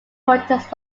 protests